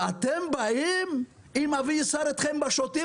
ואתם באים אם אבי ייסר אתכם בשוטים,